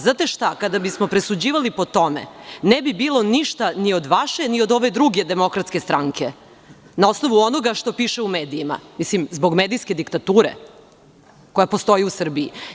Znate šta, kada bismo presuđivali po tome ne bi bilo ništa ni od vaše, ni od ove druge DS na osnovu onoga što piše u medijima, mislim, zbog medijske diktature koja postoji u Srbiji.